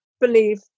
believe